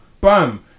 Bam